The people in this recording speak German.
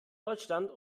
deutschlands